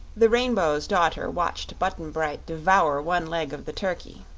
the rainbow's daughter watched button-bright devour one leg of the turkey.